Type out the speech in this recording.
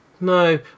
No